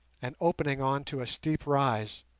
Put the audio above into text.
and opening on to a steep rise.